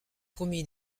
promis